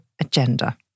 agenda